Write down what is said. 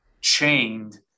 chained